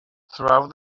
throughout